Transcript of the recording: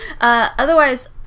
Otherwise